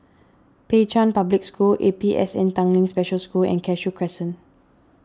Pei Chun Public School A P S N Tanglin Special School and Cashew Crescent